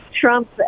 Trump